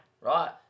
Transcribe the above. right